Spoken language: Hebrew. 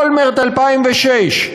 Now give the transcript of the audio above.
אולמרט 2006,